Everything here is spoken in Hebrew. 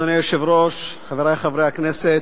אדוני היושב-ראש, חברי חברי הכנסת,